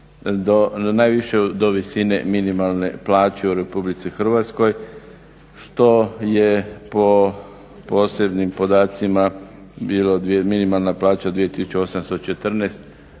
najviše do visine minimalne plaće u RH što je po posljednjim podacima bila minimalna plaća 2814